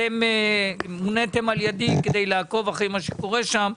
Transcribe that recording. אתם מוניתם על ידי כדי לעקוב אחרי מה שקורה שם.